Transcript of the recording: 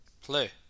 Play